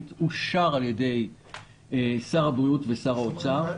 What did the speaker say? ואושר על ידי שר הבריאות ושר האוצר.